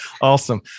Awesome